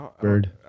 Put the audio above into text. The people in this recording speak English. bird